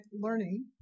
learning